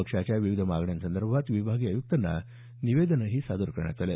पक्षाच्या विविध मागण्यांसंदर्भात विभागीय आयुक्तांना निवेदनही सादर करण्यात आलं